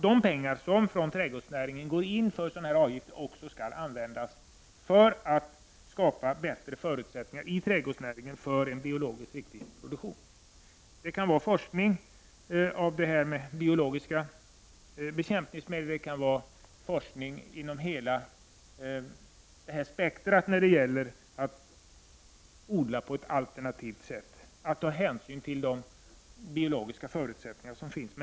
De pengar som från trädgårdsnäringen går till sådana här avgifter skall också användas för att skapa bättre förutsättningar i trädgårdsnäringen för en biologiskt riktig produktion. Det kan vara forskning om biologiska bekämpningsmedel. Det kan vara forskning inom hela det spektrum som gäller odling på ett alternativt sätt -- att ta hänsyn till de biologiska förutsättningar som finns.